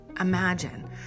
imagine